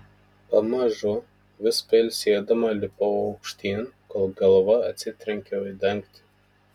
pamažu vis pailsėdama lipau aukštyn kol galva atsitrenkiau į dangtį